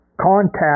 contact